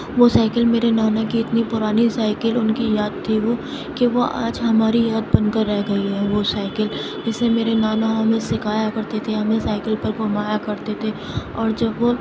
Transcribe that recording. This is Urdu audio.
وہ سائیکل میرے نانا کی اتنی پرانی سائیکل ان کی یاد تھی وہ کہ وہ آج ہماری یاد بن کر رہ گئی ہے وہ سائیکل جسے میرے نانا ہمیں سیکھایا کرتے تھے ہمیں سائیکل پر گھومایا کرتے تھے اور جب وہ